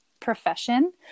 profession